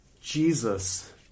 Jesus